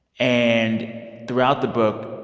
and throughout the book,